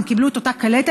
הם קיבלו את אותה קלטת,